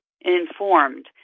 informed